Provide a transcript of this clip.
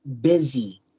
Busy